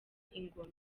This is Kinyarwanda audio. ingoma